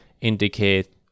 indicate